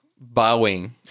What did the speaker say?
bowing